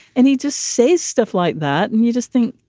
and he'd just say stuff like that. and you just think,